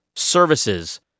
services